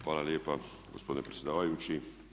Hvala lijepa gospodine predsjedavajući.